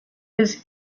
his